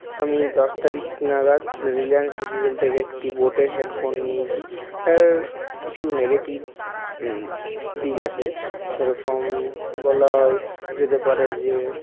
আমি দশ তারিখ নাগাদ রিলায়েন্স ডিজিটাল থেকে একটি বোটের হেডফোন নিয়েছি এর কিছু নেগেটিভ দিক আছে যেরকম বলা হয় যেতে পারে যে